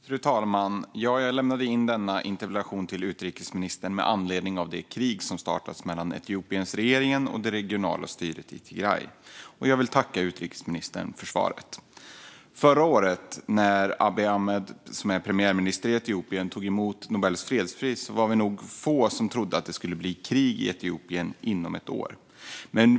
Fru talman! Jag lämnade in denna interpellation till utrikesministern med anledning av det krig som startats mellan Etiopiens regering och det regionala styret i Tigray. Jag vill tacka utrikesministern för svaret. Förra året när Abiy Ahmed, premiärminister i Etiopien, tog emot Nobels fredspris var vi nog få som trodde att det inom ett år skulle bli krig i Etiopien.